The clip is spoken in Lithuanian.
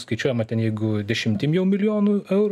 skaičiuojama ten jeigu dešimtim jau milijonų eurų